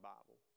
Bible